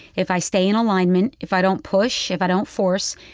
if i stay in alignment, if i don't push, if i don't force,